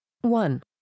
One